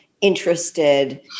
interested